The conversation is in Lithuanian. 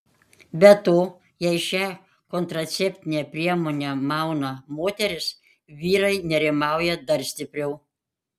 be to jei šią kontraceptinę priemonę mauna moteris vyrai nerimauja dar stipriau